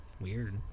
weird